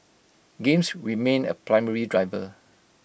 games remain A primary driver